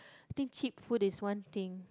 I think cheap food is one thing